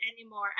anymore